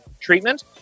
treatment